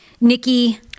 Nikki